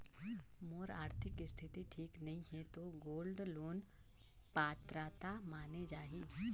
मोर आरथिक स्थिति ठीक नहीं है तो गोल्ड लोन पात्रता माने जाहि?